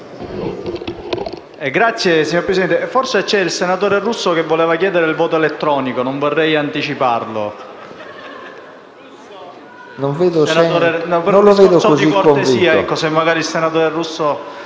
(M5S). Signor Presidente, forse c’è il senatore Russo che vuole chiedere il voto elettronico. Non vorrei anticiparlo. PRESIDENTE. Non lo vedo così convinto.